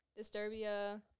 Disturbia